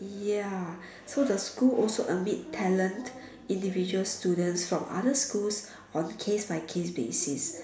ya so the school also admit talent individual students from other schools on case by case basis